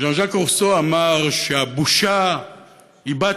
ז'אן ז'אק רוסו אמר שהבושה היא בת